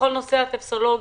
בכל נושא הטופסולוגיה.